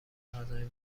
غذاهای